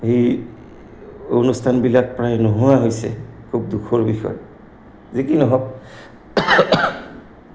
সেই অনুষ্ঠানবিলাক প্ৰায় নোহোৱা হৈছে খুব দুখৰ বিষয়ে যিকি নহওক